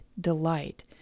delight